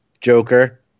Joker